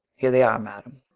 here they are, madam.